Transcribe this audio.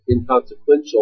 inconsequential